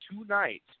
tonight